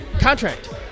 contract